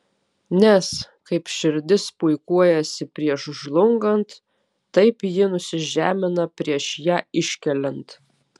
nes kaip širdis puikuojasi prieš žlungant taip ji nusižemina prieš ją iškeliant